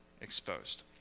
exposed